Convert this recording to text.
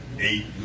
Eight